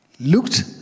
looked